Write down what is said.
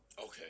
Okay